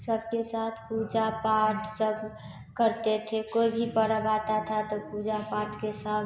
सबके साथ पूजा पाठ सब करते थे कोई भी पर्व आता था तो पूजा पाठ के सब